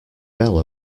bell